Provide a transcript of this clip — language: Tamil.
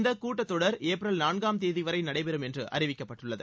இந்த கூட்டத் தொடர் ஏப்ரல் நான்காம் தேதிவரை நடைபெறும் என்று அறிவிக்கப்பட்டுள்ளது